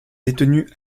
détenue